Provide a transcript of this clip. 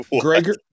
Gregor